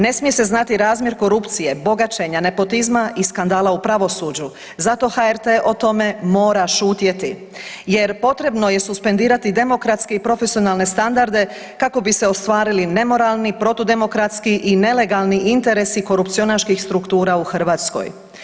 Ne smije se znati razmjer korupcije, bogaćenja, nepotizma i skandala u pravosuđu zato HRT o tome mora šutjeti jer potrebno je suspendirati demokratske i profesionalne standarde kako bi se ostvarili nemoralni, protudemokratski i nelegalni interesi korupcionaških struktura u Hrvatskoj.